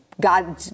God